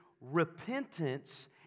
repentance